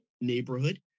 neighborhood